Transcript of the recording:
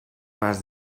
más